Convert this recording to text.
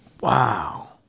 Wow